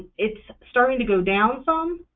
it's starting to go down some,